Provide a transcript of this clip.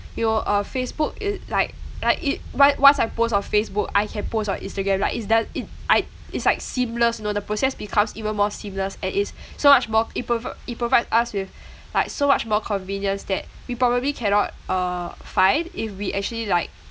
you know uh facebook is like like it once once I post on facebook I can post on instagram like it's done it I it's like seamless you know the process becomes even more seamless and it's so much more it prove~ it provides us with like so much more convenience that we probably cannot uh find if we actually like